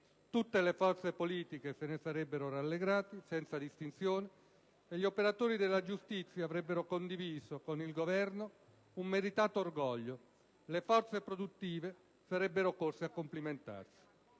Tutte le forze politiche se ne sarebbero rallegrate senza distinzione, gli operatori della giustizia avrebbero condiviso con il Governo un meritato orgoglio e le forze produttive sarebbero corse a complimentarsi.